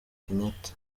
kenyatta